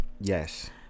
yes